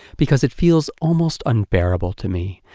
because it feels almost unbearable to me,